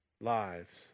lives